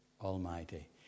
Almighty